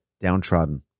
downtrodden